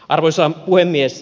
arvoisa puhemies